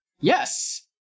Yes